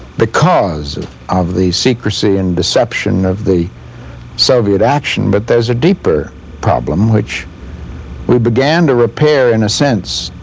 because of the secrecy and deception of the soviet action, but there's a deeper problem which we began to repair, in a sense,